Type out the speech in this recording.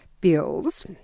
bills